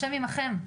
השם עימכן.